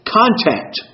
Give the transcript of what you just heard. contact